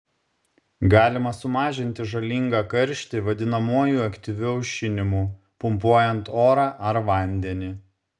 galima sumažinti žalingą karštį vadinamuoju aktyviu aušinimu pumpuojant orą ar vandenį